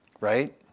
Right